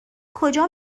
کجا